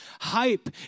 hype